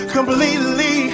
Completely